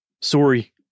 Sorry